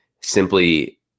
simply